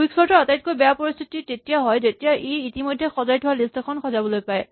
quicksort ৰ আটাইতকৈ বেয়া পৰিস্হিতি তেতিয়া হয় যেতিয়া ই ইতিমধ্যে সজাই থোৱা লিষ্ট এখন সজাবলৈ পায়